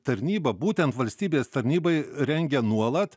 tarnyba būtent valstybės tarnybai rengia nuolat